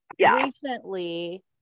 recently